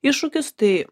iššūkis tai